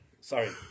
sorry